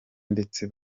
ndetse